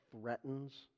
threatens